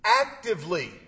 actively